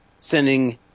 sending